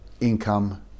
income